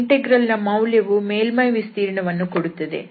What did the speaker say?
ಈ ಇಂಟೆಗ್ರಲ್ ನ ಮೌಲ್ಯವು ಮೇಲ್ಮೈ ವಿಸ್ತೀರ್ಣವನ್ನು ಕೊಡುತ್ತದೆ